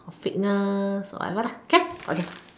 or fitness or whatever okay okay